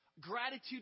Gratitude